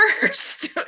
first